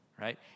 right